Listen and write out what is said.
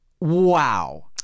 wow